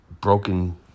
broken